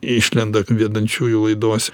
išlenda vedančiųjų laidos